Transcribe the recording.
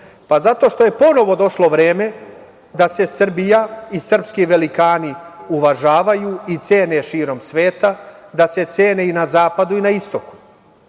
Zato što je ponovo došlo vreme da se Srbija i srpski velikani uvažavaju i cene širom sveta, da se cene i na zapadu i na istoku.